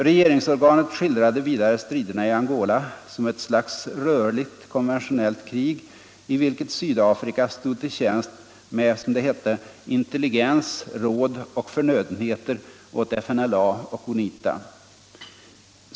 Regeringsorganet skildrade vidare striderna i Angola som ”ett slags rörligt konventionellt krig”, i vilket Sydafrika står till tjänst med ”intelligens, råd och förnödenheter” åt FNLA och UNITA.